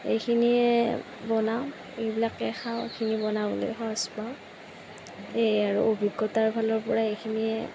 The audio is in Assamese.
এইখিনিয়েই বনাওঁ এইবিলাকে খাওঁ শাকখিনি বনাবলৈ সহজ পাওঁ সেয়ে আৰু অভিজ্ঞতাৰ ফালৰপৰা এইখিনিয়ে